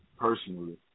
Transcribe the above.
personally